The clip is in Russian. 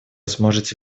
сможете